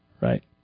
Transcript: right